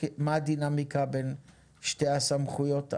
מה הדין בין שתי הסמכויות הללו?